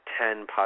ten